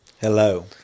Hello